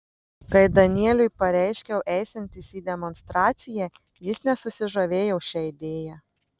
kai danieliui pareiškiau eisiantis į demonstraciją jis nesusižavėjo šia idėja